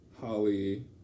holly